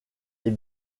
est